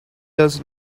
does